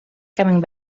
coming